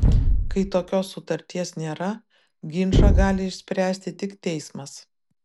kai tokios sutarties nėra ginčą gali išspręsti tik teismas